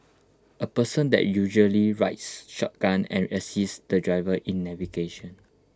A person that usually rides shotgun and assists the driver in navigation